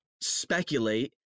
speculate